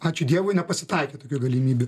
ačiū dievui nepasitaikė tokių galimybių